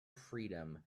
freedom